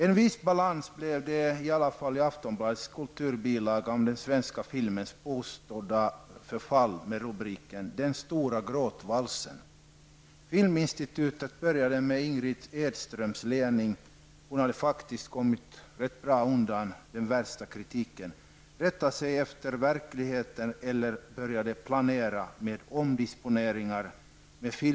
En viss balans blev det i Aftonbladets kulturbilaga om den svenska filmens påstådda förfall i och med rubriken: ''Den stora gråtvalsen''. Filminstitutet började under Ingrid Edströms ledning -- hon hade faktiskt kommit undan den värsta kritiken -- att rätta sig efter verkligheten eller började planera omdisponeringar.